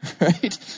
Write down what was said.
right